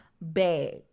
bag